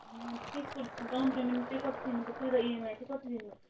ए अन्त त्यसको down payment चाहिँ कति दिनुपर्छ र इएमआई चाहिँ कति दिनुपर्छ